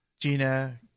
gina